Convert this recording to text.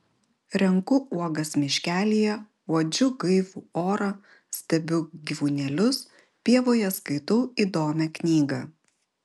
renku uogas miškelyje uodžiu gaivų orą stebiu gyvūnėlius pievoje skaitau įdomią knygą